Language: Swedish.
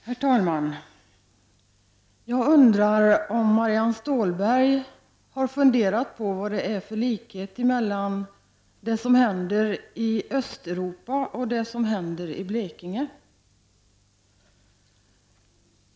Herr talman! Jag undrar om Marianne Stålberg har funderat på vad det är för likhet mellan det som händer i Östeuropa och det som händer i Blekinge.